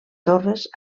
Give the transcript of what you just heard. torres